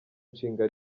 nshinga